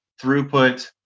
throughput